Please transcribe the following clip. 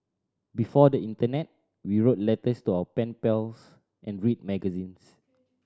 before the internet we wrote letters to our pen pals and read magazines